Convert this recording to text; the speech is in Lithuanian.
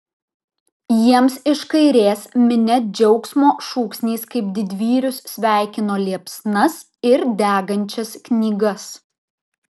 jiems iš kairės minia džiaugsmo šūksniais kaip didvyrius sveikino liepsnas ir degančias knygas